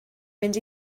mynd